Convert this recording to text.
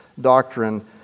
doctrine